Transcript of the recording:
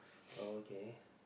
oh okay